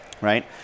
right